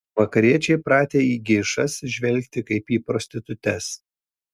vakariečiai pratę į geišas žvelgti kaip į prostitutes